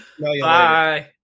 Bye